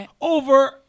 over